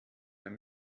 ein